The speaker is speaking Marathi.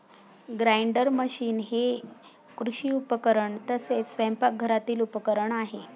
ग्राइंडर मशीन हे कृषी उपकरण तसेच स्वयंपाकघरातील उपकरण आहे